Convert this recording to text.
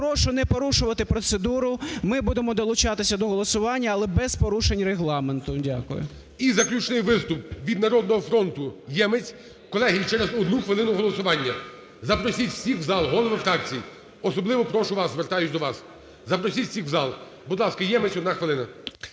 Прошу не порушувати процедуру, ми будемо долучатися до голосування, але без порушень Регламенту. Дякую. ГОЛОВУЮЧИЙ. І заключний виступ - від "Народного фронту" Ємець. Колеги, через одну хвилину голосування. Запросіть всіх в зал, голови фракцій, особливо прошу вас, звертаюсь до вас, запросіть всіх в зал. Будь ласка, Ємець, одна хвилина.